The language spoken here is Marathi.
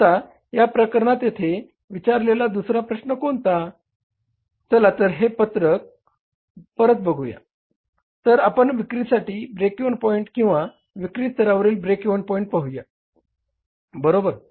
आता या प्रकरणात येथे विचारलेला दुसरा प्रश्न कोणता चला तर हे पत्रक परत बघूया तर आपण विक्रीसाठी ब्रेक इव्हन पॉईंट किंवा विक्री स्तरावरील ब्रेक इव्हन पॉईंट पाहूया बरोबर